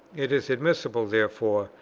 it is admissible, therefore,